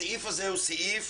הסעיף הזה הוא סעיף